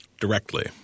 directly